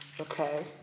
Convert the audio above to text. Okay